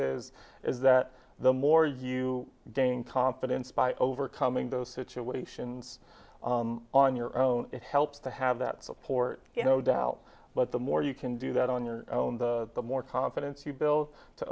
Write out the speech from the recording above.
is is that the more you gain competence by overcoming those situations on your own it helps to have that support you no doubt but the more you can do that on your own the more confidence you build to